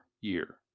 year